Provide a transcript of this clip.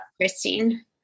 Christine